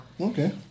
Okay